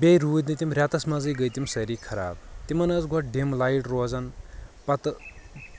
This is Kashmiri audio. بییٚہِ رودۍ نہٕ تِم رٮ۪تس منٛزی گے تِم سٲری خراب تِمن ٲس گۄڈٕ ڈِم لایٹ روزان پتہٕ